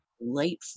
late